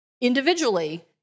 individually